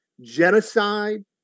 genocide